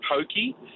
pokey